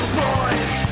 boys